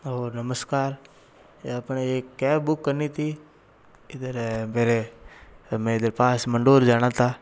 और नमस्कार ये अपने एक कैब बुक करनी थी इधर है मेरे हमें इधर पास मंडोर जाना था